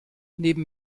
neben